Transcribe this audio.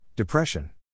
Depression